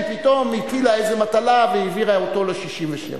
היא פתאום הטילה איזו מטלה והעבירה אותו ל-67.